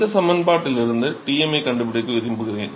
இந்த சமன்பாட்டிலிருந்து Tm ஐக் கண்டுபிடிக்க விரும்புகிறேன்